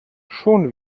schon